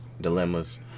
dilemmas